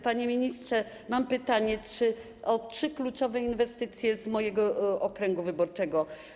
Panie ministrze, mam pytanie o trzy kluczowe inwestycje z mojego okręgu wyborczego.